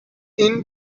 این